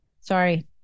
sorry